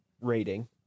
rating